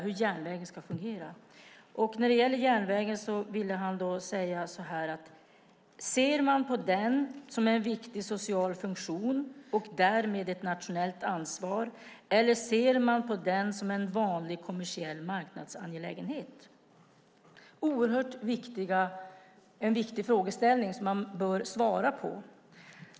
Om järnvägen frågade Ulf Adelsohn: Ser man på den som en viktig social funktion och därmed ett nationellt ansvar eller ser man på den som en vanlig kommersiell marknadsangelägenhet? Det är en oerhört viktig frågeställning som man bör svara på.